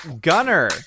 Gunner